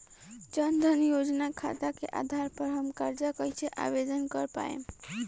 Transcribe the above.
जन धन योजना खाता के आधार पर हम कर्जा कईसे आवेदन कर पाएम?